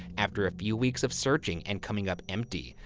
after a few weeks of searching and coming up empty,